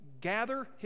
gather